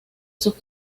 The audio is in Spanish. sus